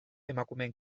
emakumeen